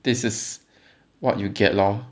this is what you get lor